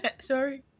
sorry